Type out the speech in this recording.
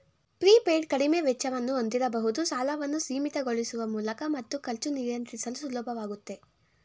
prepaid ಕಡಿಮೆ ವೆಚ್ಚವನ್ನು ಹೊಂದಿರಬಹುದು ಸಾಲವನ್ನು ಸೀಮಿತಗೊಳಿಸುವ ಮೂಲಕ ಮತ್ತು ಖರ್ಚು ನಿಯಂತ್ರಿಸಲು ಸುಲಭವಾಗುತ್ತೆ